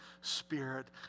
Spirit